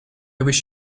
wish